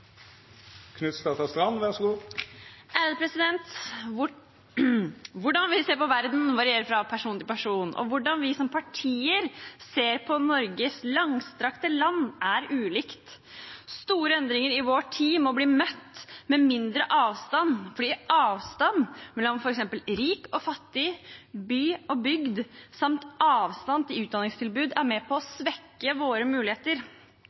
vi ser på verden, varierer fra person til person, og hvordan vi som partier ser på Norges langstrakte land, er ulikt. Store endringer i vår tid må bli møtt med mindre avstand, fordi avstand mellom f.eks. rik og fattig, by og bygd samt avstand til utdanningstilbud er med på å svekke våre muligheter.